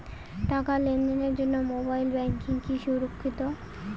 টাকা লেনদেনের জন্য মোবাইল ব্যাঙ্কিং কি সুরক্ষিত?